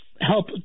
help